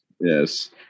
yes